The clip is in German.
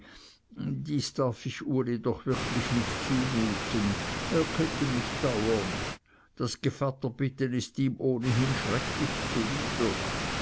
dies darf ich uli doch wirklich nicht zumuten er könnte mich dauern das gevatterbitten ist ihm ohnehin schrecklich zuwider